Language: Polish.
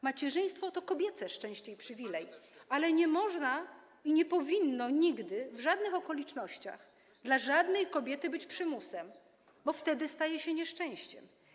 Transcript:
Macierzyństwo to kobiece szczęście i przywilej, ale nie można, nie powinno nigdy, w żadnych okolicznościach, dla żadnej kobiety być przymusem, bo wtedy staje się nieszczęściem.